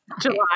July